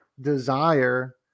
desire